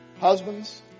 husbands